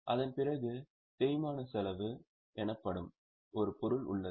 அதன் பிறகு தேய்மானம் செலவு எனப்படும் ஒரு பொருள் உள்ளது